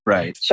Right